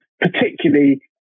particularly